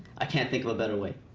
i can't think of a better way.